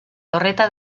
torreta